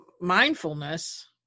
mindfulness